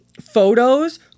photos